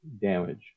damage